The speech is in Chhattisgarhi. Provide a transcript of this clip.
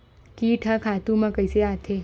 कीट ह खातु म कइसे आथे?